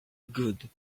good